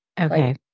Okay